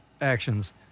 actions